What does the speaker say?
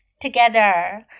together